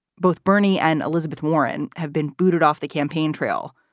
both bernie and elizabeth warren have been booted off the campaign trail,